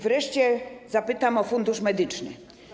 Wreszcie zapytam o Fundusz Medyczny.